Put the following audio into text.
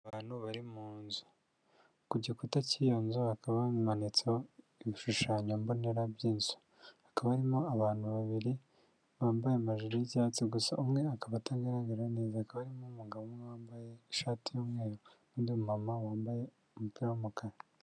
Abantu bari mu nzu; ku gikuta cy'iyo nzu hakaba hamanitseho ibishushanyombonera by'inzu. Hakaba harimo abantu babiri bambaye amajiri y'icyatsi, gusa umwe akaba atagaragara neza. Hakaba harimo umugabo umwe wambaye ishati y'umweru n'undi mumama wambaye umupira w'umukara.